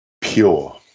pure